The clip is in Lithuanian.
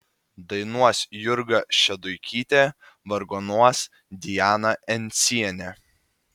dainuos jurga šeduikytė vargonuos diana encienė